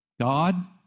God